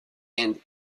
and